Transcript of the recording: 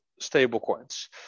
stablecoins